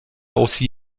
aussi